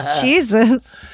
Jesus